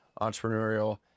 entrepreneurial